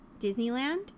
Disneyland